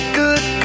good